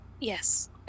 Yes